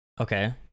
okay